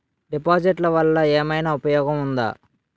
డిపాజిట్లు వల్ల ఏమైనా ఉపయోగం ఉందా?